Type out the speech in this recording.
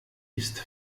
ist